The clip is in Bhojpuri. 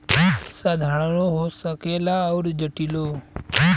साधारणो हो सकेला अउर जटिलो